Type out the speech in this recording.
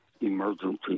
Emergency